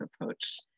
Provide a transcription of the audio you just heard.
approach